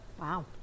Wow